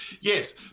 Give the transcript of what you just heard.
yes